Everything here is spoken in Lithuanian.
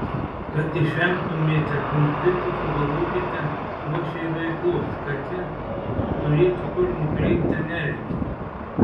kad išvengtumėte konfliktų sugalvokite uošvei veiklos kad ji turėtų kur nukreipti energiją